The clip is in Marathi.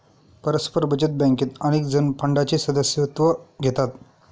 परस्पर बचत बँकेत अनेकजण फंडाचे सदस्यत्व घेतात